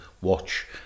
watch